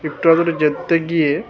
একটু দূরে যেতে গিয়ে